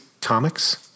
comics